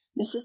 mrs